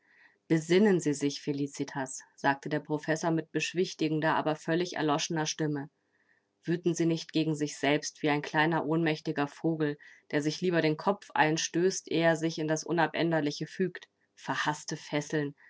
besinnen sie sich felicitas sagte der professor mit beschwichtigender aber völlig erloschener stimme wüten sie nicht gegen sich selbst wie ein kleiner ohnmächtiger vogel der sich lieber den kopf einstößt ehe er sich in das unabänderliche fügt verhaßte fesseln